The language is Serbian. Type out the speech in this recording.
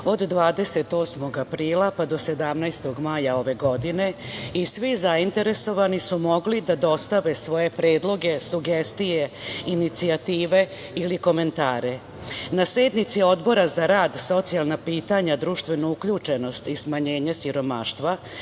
od 28. aprila pa do 17. maja ove godine i svi zainteresovani su mogli da dostave svoje predloge, sugestije, inicijative ili komentare. Na sednici Odbora za rad, socijalna pitanja, društvenu uključenost i smanjenje siromaštva,